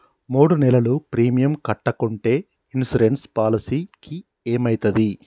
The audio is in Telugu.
మూడు నెలలు ప్రీమియం కట్టకుంటే ఇన్సూరెన్స్ పాలసీకి ఏమైతది?